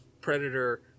Predator